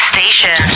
Station